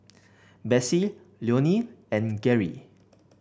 Bessie Leonel and Geri